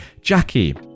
Jackie